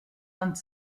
vingt